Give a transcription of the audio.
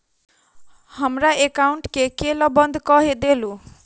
हमरा एकाउंट केँ केल बंद कऽ देलु?